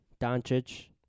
Doncic